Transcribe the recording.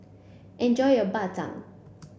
enjoy your Bak Chang